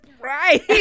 Right